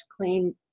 clean